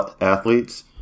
athletes